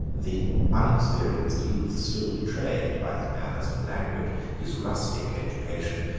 the unexperienced youth still betrayed, by his manners and language, his rustic education,